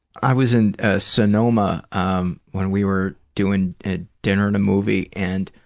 i was in ah sonoma um when we were doing ah dinner and a movie and